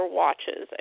watches